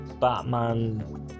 Batman